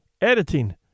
editing